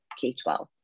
K-12